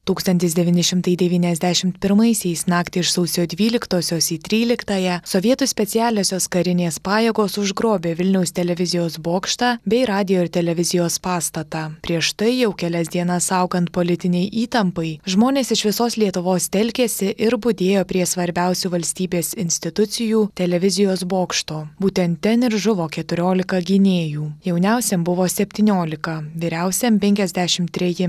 tūkstantis devyni šimtai devyniasdešimt pirmaisiais naktį iš sausio dvyliktosios į tryliktąją sovietų specialiosios karinės pajėgos užgrobė vilniaus televizijos bokštą bei radijo ir televizijos pastatą prieš tai jau kelias dienas augant politinei įtampai žmonės iš visos lietuvos telkėsi ir budėjo prie svarbiausių valstybės institucijų televizijos bokšto būtent ten ir žuvo keturiolika gynėjų jauniausiam buvo septyniolika vyriausiam penkiasdešimt treji